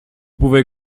pouvez